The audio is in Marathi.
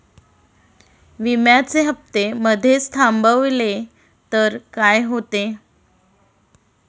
विम्याचे हफ्ते मधेच थांबवले तर काय होते?